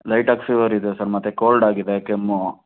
ಲೈಟಾಗಿ ಫಿವರ್ ಇದೆ ಸರ್ ಮತ್ತೆ ಕೋಲ್ಡ್ ಆಗಿದೆ ಕೆಮ್ಮು